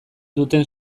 duten